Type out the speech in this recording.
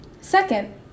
Second